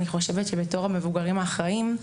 בתור המבוגרים האחראים,